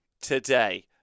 today